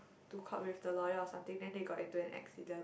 to court with the lawyer or something then they got into an accident